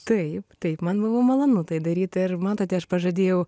taip taip man buvo malonu tai daryti ir matote aš pažadėjau